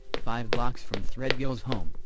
five blocks from threadgill's home,